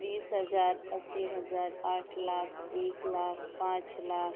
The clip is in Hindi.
बीस हज़ार अस्सी हज़ार आठ लाख एक लाख पाँच लाख